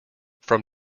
from